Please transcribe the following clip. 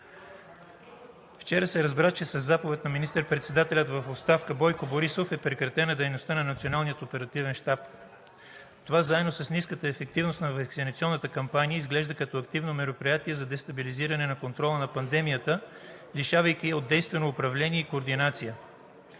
Вчера се разбра, че със заповед на министър-председателя в оставка Бойко Борисов е прекратена дейността на Националния оперативен щаб. Това, заедно с ниската ефективност на ваксинационната кампания, изглежда като активно мероприятие за дестабилизиране на контрола на пандемията, лишавайки я от действено управление и координация.